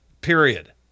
period